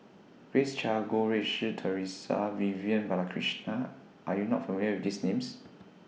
Grace Chia Goh Rui Si Theresa Vivian Balakrishnan Are YOU not familiar with These Names